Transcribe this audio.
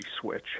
switch